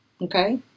Okay